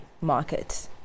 market